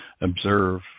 observe